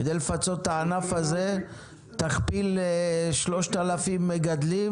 כדי לפצות את הענף הזה תכפיל 3,000 מגדלים